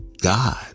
God